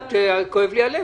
פשוט כואב לי הלב